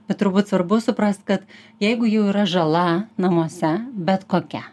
bet turbūt svarbu suprast kad jeigu jau yra žala namuose bet kokia